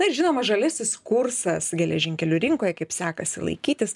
na ir žinoma žaliasis kursas geležinkelių rinkoj kaip sekasi laikytis